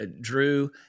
Drew